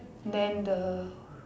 then the